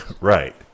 right